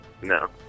No